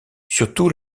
surtout